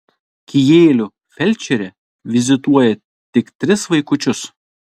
kijėlių felčerė vizituoja tik tris vaikučius